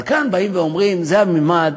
אבל כאן באים ואומרים: זה הממד,